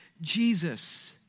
Jesus